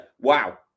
Wow